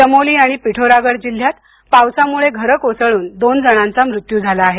चमोली आणि पिठोरागढ जिल्ह्यात पावसामुळे घरं कोसळून दोन जणांचा मृत्यू झाला आहे